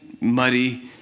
muddy